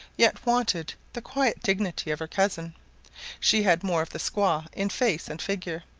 yet wanted the quiet dignity of her cousin she had more of the squaw in face and figure.